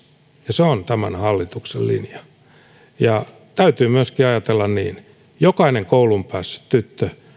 ja se on tämän hallituksen linja täytyy myöskin ajatella niin että jokainen kouluun päässyt tyttö